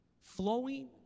Flowing